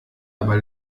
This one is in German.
aber